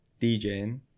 DJing